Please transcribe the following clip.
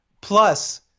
plus